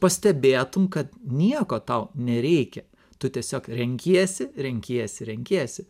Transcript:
pastebėtum kad nieko tau nereikia tu tiesiog renkiesi renkiesi renkiesi